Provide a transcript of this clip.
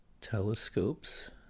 telescopes